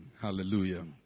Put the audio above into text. Hallelujah